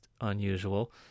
unusual